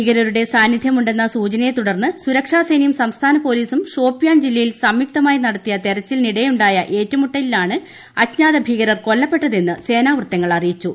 ഭീകരരുടെ സാന്നിദ്ധ്യമുണ്ടെന്ന സൂചനയെ തുടർന്ന് സുരക്ഷാസേനയും സംസ്ഥാന പോലീസും ഷോപിയാൻ ജില്ലയിൽ സംയുക്തമായി നടത്തിയ തെരച്ചിലിനിടെയുണ്ടായ ഏറ്റുമുട്ടലിലാണ് അജ്ഞാത ഭീകരർ കൊല്ലപ്പെട്ടതെന്ന് സേനാവൃത്തങ്ങൾ അറിയിച്ചു